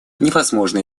невозможно